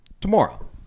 tomorrow